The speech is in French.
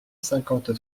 cinquante